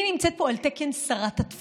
אני נמצאת פה על תקן שרת התפוצות.